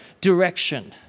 direction